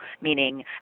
meaning